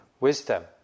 wisdom